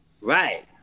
Right